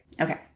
Okay